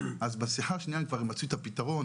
אז בשיחה השנייה הם כבר מצאו את הפתרון.